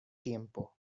tiempo